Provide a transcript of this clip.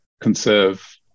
conserve